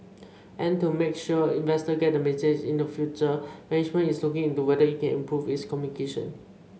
and to make sure investor get in the future management is looking into whether it can improve its communication